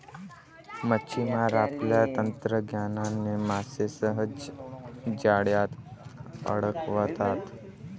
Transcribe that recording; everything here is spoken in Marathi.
मच्छिमार आपल्या तंत्रज्ञानाने मासे सहज जाळ्यात अडकवतात